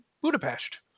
Budapest